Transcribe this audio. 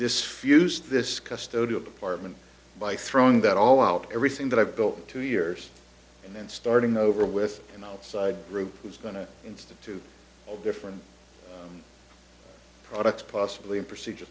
this fuse this custody apartment by throwing that all out everything that i built in two years and then starting over with an outside group who's going to institute all different products possibly a procedure